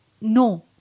no